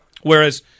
Whereas